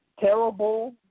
terrible